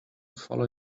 follow